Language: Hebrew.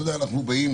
אתה יודע, אנחנו באים